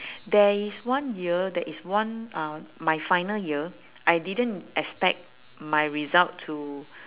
there is one year there is one uh my final year I didn't expect my result to